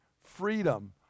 freedom